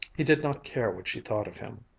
he did not care what she thought of him.